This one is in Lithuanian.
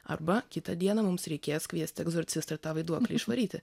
arba kitą dieną mums reikės kviesti egzorcistą ir tą vaiduoklį išvaryti